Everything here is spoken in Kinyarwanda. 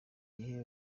gihe